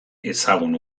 ezagun